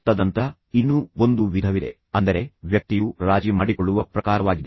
ತದನಂತರ ಇನ್ನೂ ಒಂದು ವಿಧವಿದೆ ಅಂದರೆ ವ್ಯಕ್ತಿಯು ರಾಜಿ ಮಾಡಿಕೊಳ್ಳುವ ಪ್ರಕಾರವಾಗಿದೆ